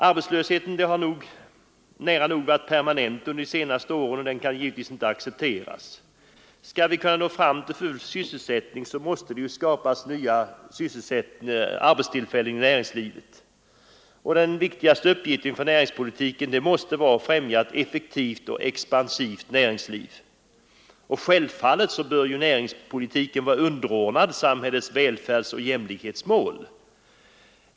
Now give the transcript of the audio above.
Arbetslösheten har nära nog varit permanent under de senaste åren, vilket givetvis inte kan accepteras. Skall vi kunna nå fram till full sysselsättning, måste nya arbetstillfällen skapas inom näringslivet. Den viktigaste uppgiften för näringslivet måste vara att främja ett effektivt och expansivt näringsliv. Självfallet bör näringslivet vara underordnat samhällets välfärdsoch jämlikhetsmål.